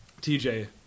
TJ